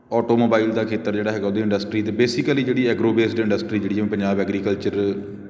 automobile ਦਾ ਖੇਤਰ ਜਿਹੜਾ ਹੈਗਾ ਉਹਦੀ ਇੰਡਸਟਰੀ ਦੇ ਬੇਸਿਕਲੀ ਜਿਹੜੀ ਐਗਰੋ ਬੇਸਡ ਇੰਡਸਟਰੀ ਜਿਹੜੀ ਹੈ ਪੰਜਾਬ ਐਗਰੀਕਲਚਰ